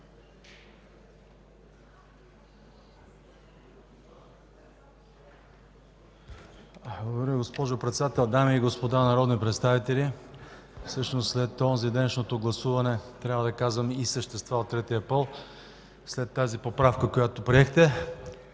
Благодаря, госпожо Председател. Дами и господа народни представители, всъщност след онзиденшното гласуване трябва да казваме и „същества от третия пол”, след тази поправка, която приехте.